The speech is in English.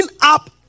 up